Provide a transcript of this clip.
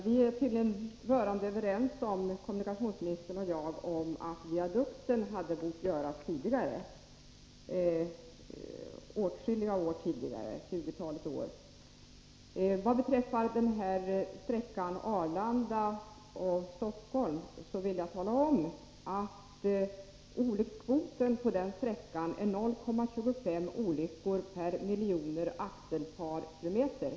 Herr talman! Kommunikationsministern och jag är tydligen rörande överens om att viadukten hade bort byggas tidigare — tjugotalet år tidigare. Vad beträffar det här exemplet som kommunikationsministern nu tog angående sysselsättningsmedel för belysning sträckan Arlanda-Stockholm av trafiksäkerhetsskäl vill jag tala om att olyckskvoten för den vägbiten är 0,25 olyckor per miljon axelparkilometer.